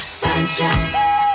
sunshine